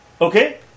Okay